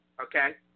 Okay